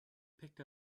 picked